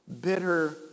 bitter